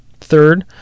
Third